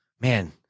Man